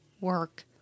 work